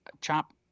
chop